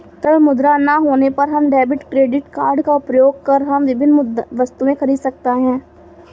तरल मुद्रा ना होने पर हम डेबिट क्रेडिट कार्ड का प्रयोग कर हम विभिन्न वस्तुएँ खरीद सकते हैं